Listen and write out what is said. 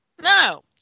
No